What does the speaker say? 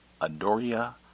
Adoria